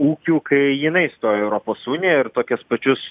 ūkiu kai jinai stojo į europos uniją ir tokius pačius